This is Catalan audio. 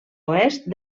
oest